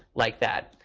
like that.